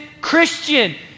Christian